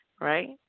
right